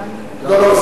לא, לא.